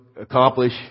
accomplish